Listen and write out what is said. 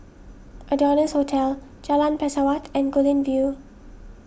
Adonis Hotel Jalan Pesawat and Guilin View